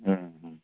हां हां